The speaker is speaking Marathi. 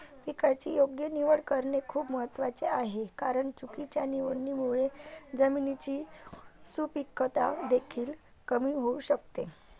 पिकाची योग्य निवड करणे खूप महत्वाचे आहे कारण चुकीच्या निवडीमुळे जमिनीची सुपीकता देखील कमी होऊ शकते